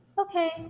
Okay